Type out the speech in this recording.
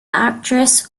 actress